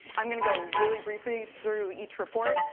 i'm gonna go really briefly through each report,